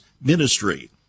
ministry